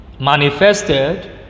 manifested